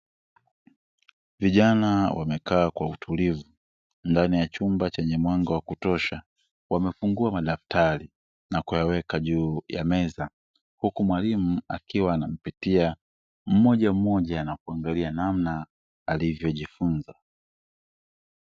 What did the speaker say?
Vijana wamekaa Kwa utulivu ndani ya chumba chenye mwanga wa kutosha wamefungua madaftari na kuyaweka juu ya meza huku mwalimu akiwa anampitia mmoja mmoja na kuangalia namna alivyojifunza.